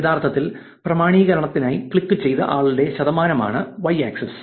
യഥാർത്ഥത്തിൽ പ്രാമാണീകരണത്തിനായി ക്ലിക്കുചെയ്ത ആളുകളുടെ ശതമാനമാണ് Y ആക്സിസ്